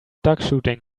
duckshooting